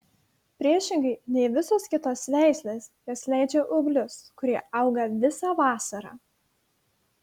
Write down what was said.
priešingai nei visos kitos veislės jos leidžia ūglius kurie auga visą vasarą